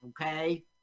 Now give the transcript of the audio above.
okay